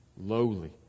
Lowly